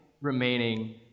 remaining